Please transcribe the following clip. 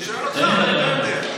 אני שואל אותך, אולי אתה יודע.